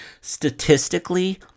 Statistically